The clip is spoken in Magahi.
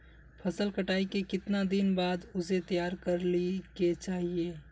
फसल कटाई के कीतना दिन बाद उसे तैयार कर ली के चाहिए?